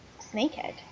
snakehead